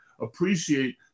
appreciate